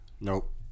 Nope